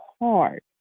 hard